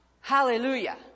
Hallelujah